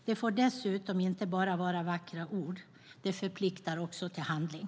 Det får dessutom inte bara vara vackra ord - det förpliktar också till handling.